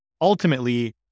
ultimately